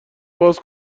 باز